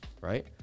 Right